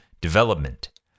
development